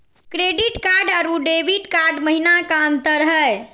Credit card अरू debit card महिना का अंतर हई?